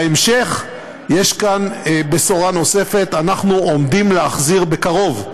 בהמשך יש כאן בשורה נוספת: אנחנו עומדים להחזיר בקרוב,